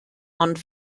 ond